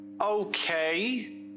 Okay